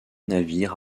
navires